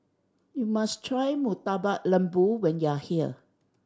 you must try Murtabak Lembu when you are here